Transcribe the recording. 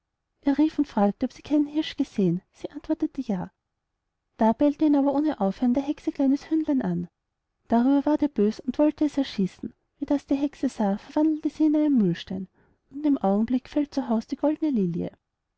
er rief und fragte ob sie keinen hirsch gesehen sie antwortete ja da bellte ihn aber ohne aufhören der hexe kleines hündlein an darüber ward er bös und wollte es erschießen wie das die hexe sah verwandelte sie ihn in einen mühlenstein und in dem augenblick fällt zu haus die eine goldene lilie